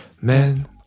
Men